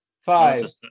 Five